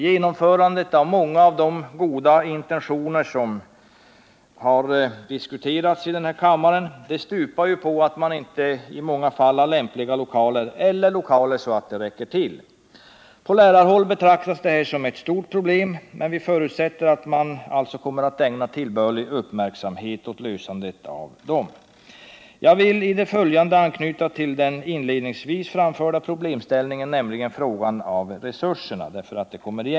Genomförandet av många av de goda intentioner som har diskuterats i den här kammaren stupar på att man i många fall inte har lämpliga lokaler eller lokaler så att det räcker till. På lärarhåll betraktas detta som ett stort problem, men vi förutsätter att man kommer att ägna tillbörlig uppmärksamhet åt lösandet av detta problem. Jag vill i det följande anknyta till den inledningsvis framförda problemställningen, nämligen frågan om resurserna.